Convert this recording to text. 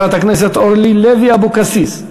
חברת הכנסת אורלי לוי אבקסיס,